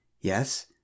Yes